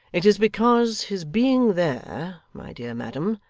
it is because his being there, my dear madam,